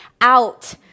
out